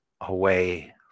away